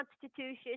constitution